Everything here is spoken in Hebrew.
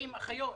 אחים ואחיות,